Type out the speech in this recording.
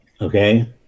Okay